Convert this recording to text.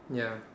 ya